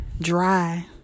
dry